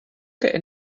der